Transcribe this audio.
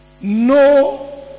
no